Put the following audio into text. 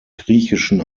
griechischen